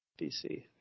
DC